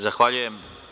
Zahvaljujem.